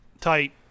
tight